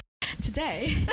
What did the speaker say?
today